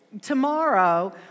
Tomorrow